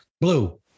Blue